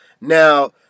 now